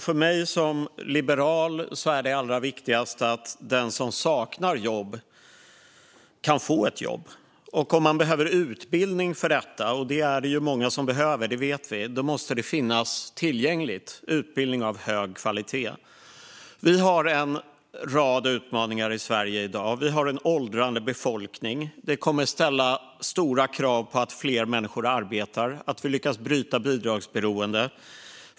För mig som liberal är det viktigaste att den som saknar jobb kan få ett jobb. Om man behöver utbildning för detta, och många behöver det, måste det finnas utbildning av hög kvalitet tillgänglig. Det finns en rad utmaningar i Sverige i dag. Vi har en åldrande befolkning, och det kommer att ställa stora krav på att fler människor arbetar och att vi lyckas bryta bidragsberoendet.